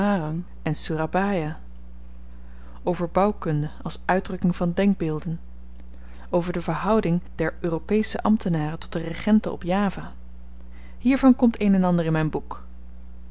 en soerabaja over bouwkunde als uitdrukking van denkbeelden over de verhouding der europesche ambtenaren tot de regenten op java hiervan komt een en ander in myn boek